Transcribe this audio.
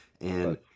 And-